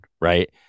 right